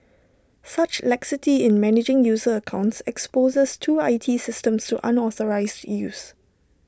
such laxity in managing user accounts exposes the two I T systems to unauthorised used